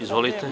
Izvolite.